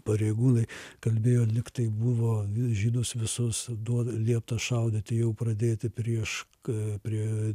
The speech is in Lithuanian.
pareigūnai kalbėjo jog tai buvo žydus visus duoda liepta šaudyti jau pradėti prieš ką prie